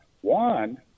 One